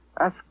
Ask